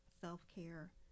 Self-care